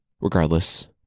Regardless